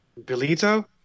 Belito